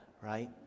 right